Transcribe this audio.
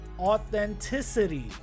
authenticity